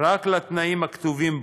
רק לתנאים הכתובים בו,